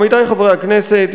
עמיתי חברי הכנסת,